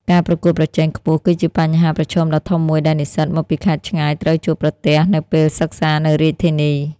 ការប្រកួតប្រជែងខ្ពស់គឺជាបញ្ហាប្រឈមដ៏ធំមួយដែលនិស្សិតមកពីខេត្តឆ្ងាយត្រូវជួបប្រទះនៅពេលសិក្សានៅរាជធានី។